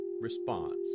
response